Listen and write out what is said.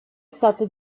stato